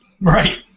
Right